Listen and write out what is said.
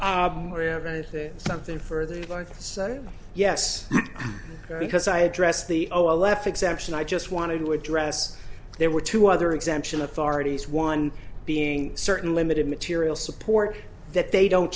is something for the months yes because i address the o l f exception i just wanted to address there were two other exemption authorities one being certain limited material support that they don't